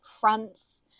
France